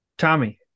Tommy